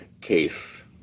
case